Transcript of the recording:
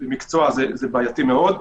במקצוע זה בעייתי מאוד.